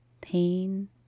Pain